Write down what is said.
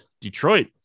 Detroit